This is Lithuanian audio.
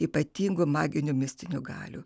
ypatingų maginių mistinių galių